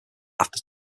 after